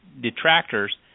detractors